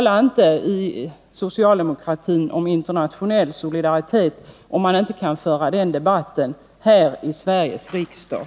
Tala inte från socialdemokratiskt håll om internationell solidaritet, om ni inte kan föra denna debatt i Sveriges riksdag!